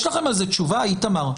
יש לכם על זה תשובה, איתמר?